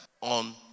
on